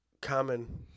Common